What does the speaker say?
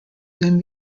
then